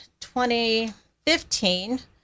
2015